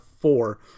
four